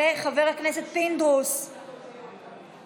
בעד, חבר הכנסת פינדרוס בעד.